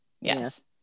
yes